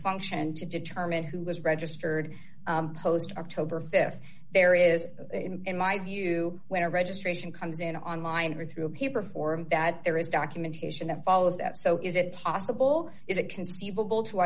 function to determine who is registered post october th there is in my view where registration comes in online or through a paper form that there is documentation that follows that so is it possible is it conceivable to